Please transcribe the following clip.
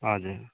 हजुर